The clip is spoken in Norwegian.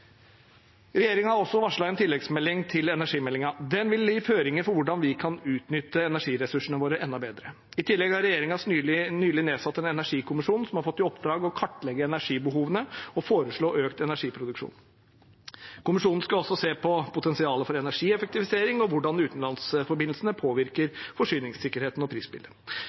har også varslet en tilleggsmelding til energimeldingen. Den vil legge føringer for hvordan vi kan utnytte energiressursene våre enda bedre. I tillegg har regjeringen nylig nedsatt en energikommisjon som har fått i oppdrag å kartlegge energibehovene og foreslå økt energiproduksjon. Kommisjonen skal også se på potensialet for energieffektivisering og hvordan utenlandsforbindelsene påvirker forsyningssikkerheten og prisbildet.